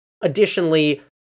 Additionally